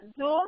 Zoom